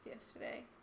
yesterday